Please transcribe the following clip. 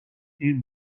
این